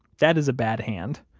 that is a bad hand.